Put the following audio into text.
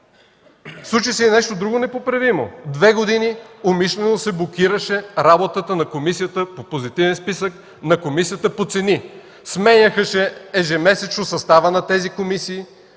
Случи се и нещо друго непоправимо – 2 години умишлено се блокираше работата на Комисията по Позитивния списък, на Комисията по цените! Сменяше се ежемесечно съставът на тези комисии,